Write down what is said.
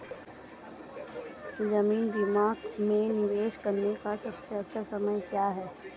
जीवन बीमा में निवेश करने का सबसे अच्छा समय क्या है?